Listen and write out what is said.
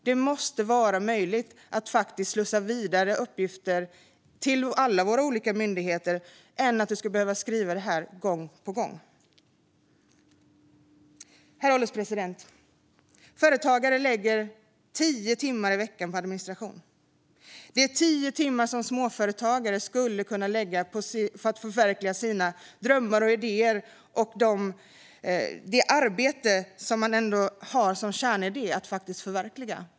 Det måste vara möjligt att faktiskt slussa vidare uppgifter till alla våra olika myndigheter så att man inte ska behöva skriva detta gång på gång. Herr ålderspresident! Företagare lägger tio timmar i veckan på administration. Det är tio timmar som småföretagare skulle kunna lägga på att förverkliga sina drömmar och idéer och på det arbete som man har som kärnidé att förverkliga.